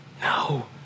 no